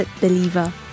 Believer